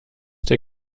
der